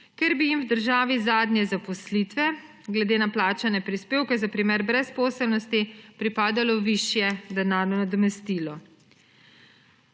ker bi jim v državi zadnje zaposlitve glede na plačane prispevke za primer brezposelnosti pripadalo višje denarno nadomestilo.